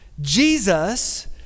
Jesus